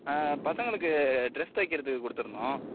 ஆ பசங்களுக்கு ட்ரெஸ் தைக்கிறதுக்கு கொடுத்துருந்தோம்